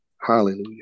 Hallelujah